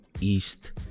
East